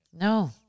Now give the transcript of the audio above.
No